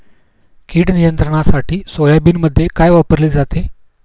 कीड नियंत्रणासाठी सोयाबीनमध्ये काय वापरले जाते?